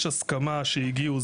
יש הסכמה שהגיעו,